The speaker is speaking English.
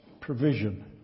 provision